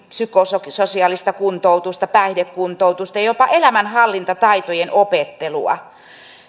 psykososiaalista kuntoutusta päihdekuntoutusta jopa elämänhallintataitojen opettelua